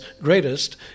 greatest